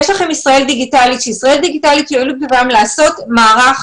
יש לכם ישראל דיגיטלית ושישראל דיגיטלית יואילו בטובם לעשות מערך.